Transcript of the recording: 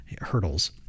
hurdles